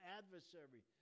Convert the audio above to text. adversary